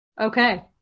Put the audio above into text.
Okay